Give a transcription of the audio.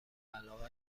علاقه